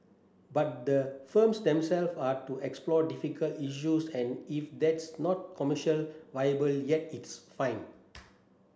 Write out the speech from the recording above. but the firms themself are to explore difficult issues and if that's not commercial viable yet it's fine